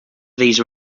these